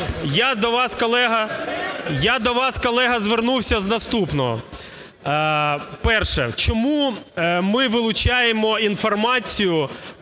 я до вас, колега, звернувся з наступного. Перше. Чому ми вилучаємо інформацію